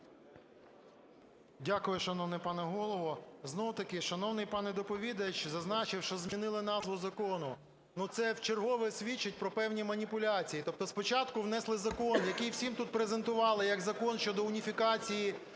Дякую, шановний пане Голово. Знову-таки шановний пан доповідач зазначив, що змінили назву закону. Це вчергове свідчить про певні маніпуляції, тобто спочатку внесли закон, який всім тут презентували як закон щодо уніфікації